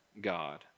God